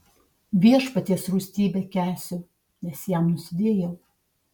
viešpaties rūstybę kęsiu nes jam nusidėjau